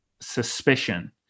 suspicion